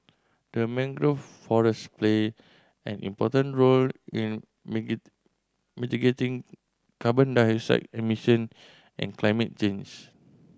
the mangrove forests play an important role in mitigating carbon dioxide emission and climate change